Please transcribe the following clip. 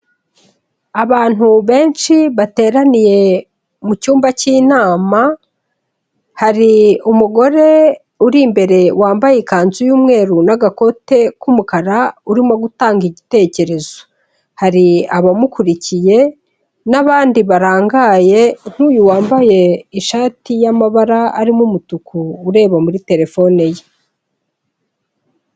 Abantu benshi bateraniye mu cyumba k'inama, hari umugore uri imbere wambaye ikanzu y'umweru n'agakote k'umukara urimo gutanga igitekerezo. Hari abamukurikiye n'abandi barangaye, nk'uyu wambaye ishati y'amabara arimo umutuku ureba muri telefone ye.